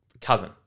cousin